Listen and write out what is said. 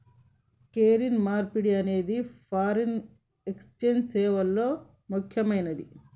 currency మార్పిడి అనేది foreign exchange సేవల్లో ముక్కెమైనది